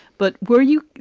but were you.